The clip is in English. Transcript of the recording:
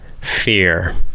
fear